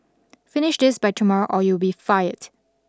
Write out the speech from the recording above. finish this by tomorrow or you will be fired